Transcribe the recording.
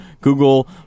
Google